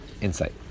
insight